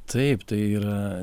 taip tai yra